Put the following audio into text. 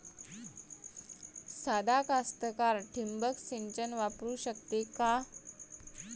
सादा कास्तकार ठिंबक सिंचन वापरू शकते का?